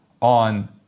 on